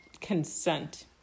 consent